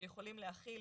הם יכולים להכיל